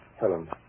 Helen